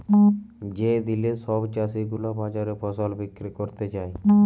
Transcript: যে দিলে সব চাষী গুলা বাজারে ফসল বিক্রি ক্যরতে যায়